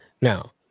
Now